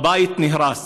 הבית נהרס.